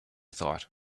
thought